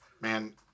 Man